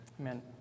Amen